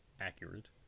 accurate